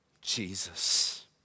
Jesus